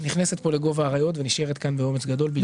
נכנסת פה לגוב האריות, ונשארת כאן באומץ גדול.